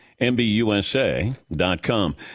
MBUSA.com